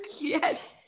yes